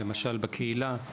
למשל, בקהילה,